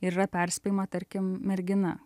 ir yra perspėjama tarkim mergina